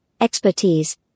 expertise